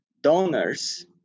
donors